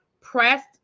pressed